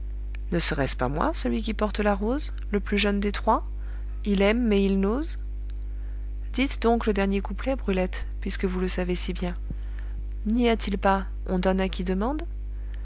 ne serait-ce pas moi celui qui porte la rose le plus jeune des trois il aime mais il n'ose dites donc le dernier couplet brulette puisque vous le savez si bien n'y a-t-il pas on donne à qui demande